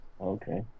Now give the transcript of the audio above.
Okay